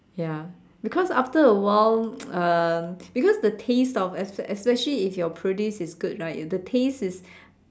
ya because after a while um because the taste of esp~ especially if your produce is good right if the taste is